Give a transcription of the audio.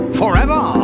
forever